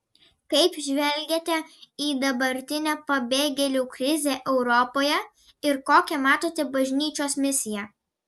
kaip žvelgiate į dabartinę pabėgėlių krizę europoje ir kokią matote bažnyčios misiją